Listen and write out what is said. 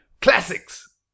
Classics